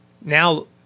Now